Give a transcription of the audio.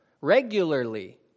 regularly